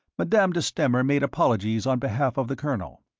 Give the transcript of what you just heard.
madame de stamer made apologies on behalf of the colonel.